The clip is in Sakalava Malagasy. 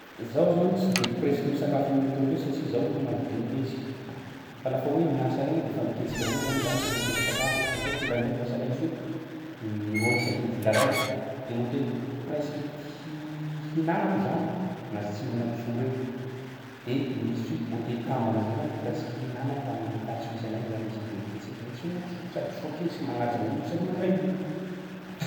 Zaho zany tsy de presque misakafo amin'ny hôtely io satsia zaho olo mazoto miketriky, fa lafa hoe miasa regny de fa miketsiky avao moa zany zandriko hoe agnatero sakafo aho fa zaho kindraindraiky vasa laha hisy hoe indroa isaky ny vola raiky, de ny hôtely presque tia hihinanako zany gn'azy tsy mihinan-kisoa regny. De misy hôtely kambana zay zany presque hihinanako agny am'faritsy misy anay agny zany misy an'zay satsia zahay tsy mihinan-kisoa sady soa ketsiky, magnaja olo sady mandray olo.